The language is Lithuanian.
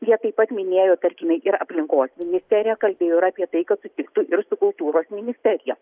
jie taip pat minėjo tarkime ir aplinkos ministerija kalbėjo ir apie tai kad sutiktų ir su kultūros ministerija